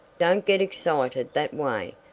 don't get excited that way.